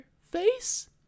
face